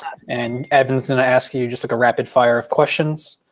and evans gonna ask you just like a rapid fire of questions.